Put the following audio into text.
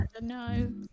no